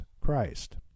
Christ